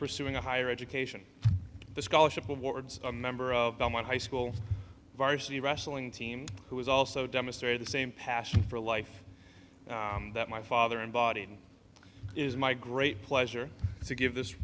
pursuing a higher education the scholarship awards a member of my high school varsity wrestling team who is also demonstrated the same passion for life that my father and body is my great pleasure to give this